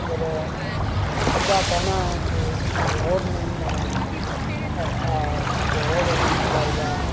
मगर उंदा कैह्ना ऐ के रोड़ नेईं ऐ अच्छा रोड़ होना चाहिदा